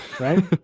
right